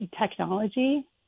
technology